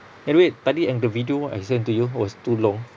anyway tadi yang the video I send to you was too long